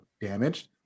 damaged